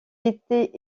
était